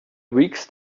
weeks